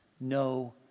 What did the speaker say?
no